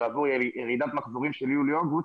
עבור ירידת מחזורים של יולי-אוגוסט,